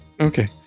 Okay